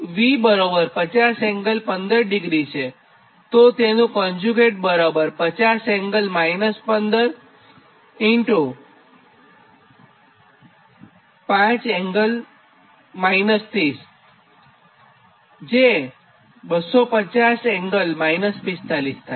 V 50∠15° છેતો તેનું conjugate બરાબર 50∠ 15° 5∠ 30° જે 250∠ 45° થાય